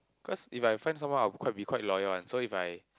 cause if I find someone I'll quite be quite loyal one so if I